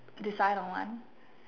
decide on one